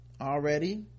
already